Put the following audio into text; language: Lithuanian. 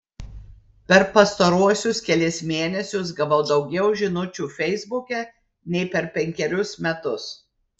per pastaruosius kelis mėnesius gavau daugiau žinučių feisbuke nei per penkerius metus